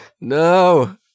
no